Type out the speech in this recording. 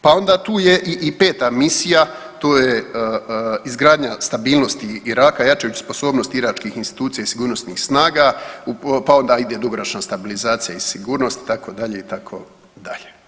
Pa onda tu je i peta misija, tu je izgradnja stabilnosti Iraka jačajući sposobnosti iračkih institucija i sigurnosnih snaga, pa onda ide dugoročna stabilizacija i sigurnost itd. itd.